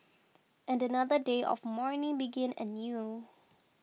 and another day of mourning began anew